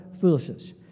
foolishness